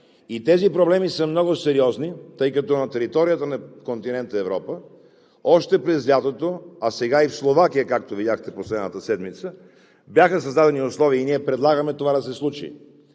Тези проблеми са много сериозни, тъй като на територията на континент Европа още през лятото, а сега и в Словакия, както видяхте в последната седмица, бяха създадени условия и ние предлагаме това да се случи.